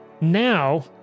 Now